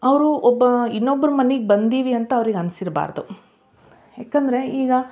ಅವರು ಒಬ್ಬ ಇನ್ನೊಬ್ಬರು ಮನೆಗೆ ಬಂದೀವಿ ಅಂತ ಅವ್ರಿಗೆ ಅನ್ನಿಸಿರ್ಬಾರ್ದು ಯಾಕೆಂದರೆ ಈಗ